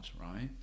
right